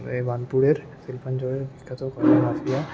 এ বার্নপুরের শিল্পাঞ্চলের বিখ্যাত মাফিয়া